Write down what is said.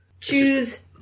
Choose